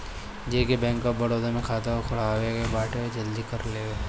जेके bank of Baroda में खाता खुलवाए के बाटे उ जल्दी कर लेवे